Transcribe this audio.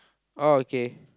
orh okay